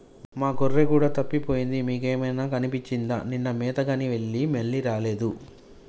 మా గొర్రె కూడా తప్పిపోయింది మీకేమైనా కనిపించిందా నిన్న మేతగాని వెళ్లి మళ్లీ రాలేదు